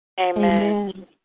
Amen